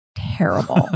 Terrible